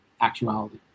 actuality